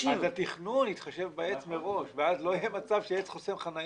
התכנון מראש יתחשב בעץ ואז לא יהיה מצב שחסרה חניה.